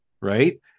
right